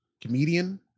comedian